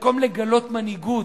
במקום לגלות מנהיגות,